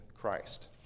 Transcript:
Christ